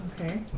Okay